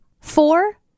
four